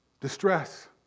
distress